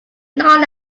known